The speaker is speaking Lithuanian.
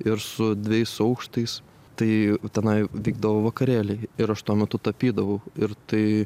ir su dvejais aukštais tai tenai vykdavo vakarėliai ir aš tuo metu tapydavau ir tai